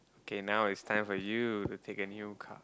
K now it's time for you to take a new card